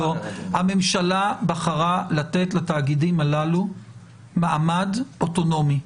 הממשלה בחרה לתת לתאגידים הללו מעמד אוטונומי.